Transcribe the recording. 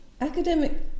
Academic